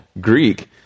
Greek